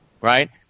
right